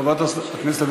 חברת הכנסת זנדברג,